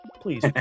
Please